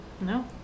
No